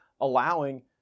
allowing